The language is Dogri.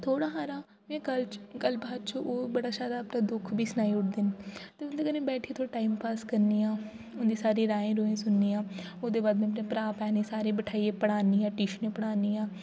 थोह्ड़ा हारा गै गल्ल च गल्ल बात च ओह् बड़ा सारा अपना दुक्ख बी सनाई ओड़दे न ते उ'न्दे कन्नै बैठिये थोह्ड़ा टाइम पास करनी आं उ'न्दी सारी राऐं रूएं सुननी आं ओह्दे बाद में अपने भ्राऽ भैनें ई सारें ई बैठाइये पढ़ानी आं ट्यूशन पढ़ानी आं